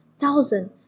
thousand